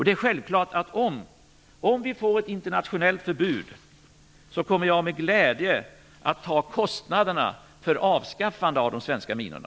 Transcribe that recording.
Det är självklart att jag, om vi får ett internationellt förbud, med glädje kommer att ta kostnaderna för avskaffandet av de svenska minorna.